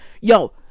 yo